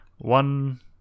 one